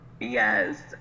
Yes